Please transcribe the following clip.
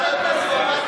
אוי, אוי.